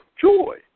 joy